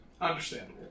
Understandable